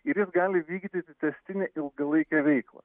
ir jis gali vykdyti tęstinę ilgalaikę veiklą